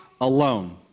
alone